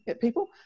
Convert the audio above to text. people